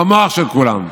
במוח של כולם.